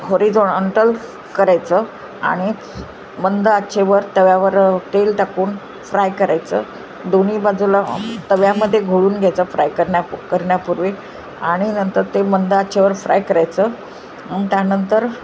horizontal करायचं आणि मंद आचेवर तव्यावर तेल टाकून फ्राय करायचं दोन्ही बाजूला तव्यामध्ये घोळून घ्यायचं फ्राय करन्याप् करण्यापूर्वी आणि नंतर ते मंद आचेवर फ्राय करायचं आणि त्यानंतर